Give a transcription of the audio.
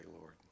Lord